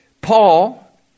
Paul